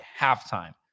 halftime